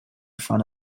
front